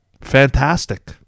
Fantastic